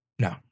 No